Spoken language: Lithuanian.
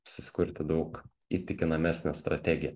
susikurti daug įtikinamesnę strategiją